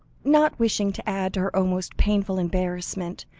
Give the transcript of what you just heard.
not wishing to add to her almost painful embarrassment,